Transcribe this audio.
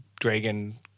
Dragon